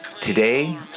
Today